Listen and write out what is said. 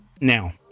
Now